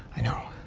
i know.